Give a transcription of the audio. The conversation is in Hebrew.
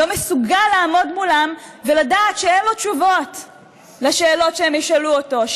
לא מסוגל לעמוד מולם ולדעת שאין לו תשובות על השאלות שהם ישאלו אותו,